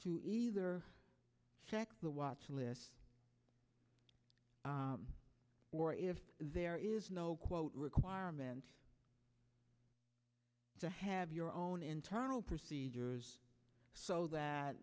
to either check the watch list or if there is no quote requirement to have your own internal procedures so that